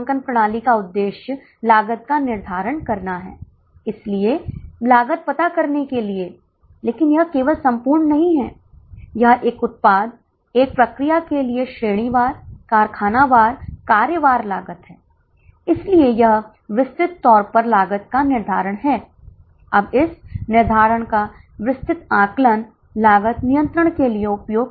बस किराया परमिट हालांकि मैंने शामिल किया है निश्चित लागत में शामिल नहीं किया जाएगा बल्कि इसे अर्ध परिवर्तनीय लागत में शामिल किया जाएगा जो प्रति बस बदलता है प्रति छात्र नहीं